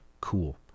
Cool